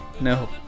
No